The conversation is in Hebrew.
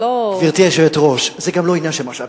אגב, גברתי היושבת-ראש, זה גם לא עניין של משאבים.